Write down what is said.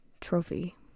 trophy